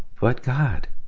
but god.